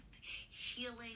healing